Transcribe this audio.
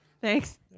Thanks